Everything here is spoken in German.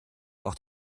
auch